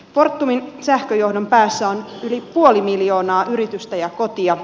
fortumin sähköjohdon päässä on yli puoli miljoonaa yritystä ja kotia